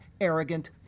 arrogant